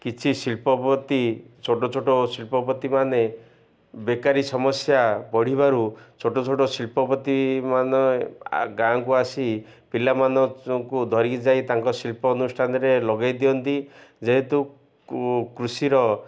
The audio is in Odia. କିଛି ଶିଳ୍ପପତି ଛୋଟ ଛୋଟ ଶିଳ୍ପପତିମାନ ବେକାରୀ ସମସ୍ୟା ବଢ଼ିବାରୁ ଛୋଟ ଛୋଟ ଶିଳ୍ପପତିମାନ ଗାଁକୁ ଆସି ପିଲାମାନଙ୍କୁ ଧରିକି ଯାଇ ତାଙ୍କ ଶିଳ୍ପ ଅନୁଷ୍ଠାନରେ ଲଗେଇ ଦିଅନ୍ତି ଯେହେତୁ କୃଷିର